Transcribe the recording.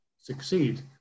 succeed